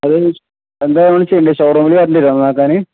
അത് എന്താ നമ്മൾ ചെയ്യേണ്ടത് ഷോറൂമിൽ വരേണ്ടി വരുവോ നന്നാക്കാൻ